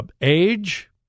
Age